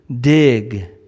dig